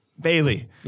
Bailey